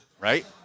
right